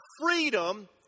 freedom